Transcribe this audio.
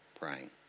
praying